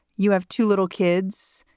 you have two little kids.